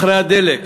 אחרי הדלק,